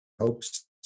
hopes